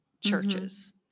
churches